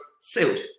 sales